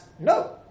no